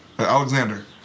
Alexander